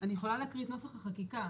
אני יכולה להקריא את נוסח החקיקה.